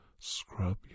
scrub